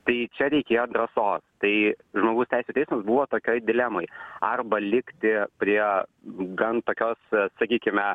tai čia reikėjo drąsos tai žmogaus teisių teis buvo tokioj dilemoje arba likti prie gan tokios sakykime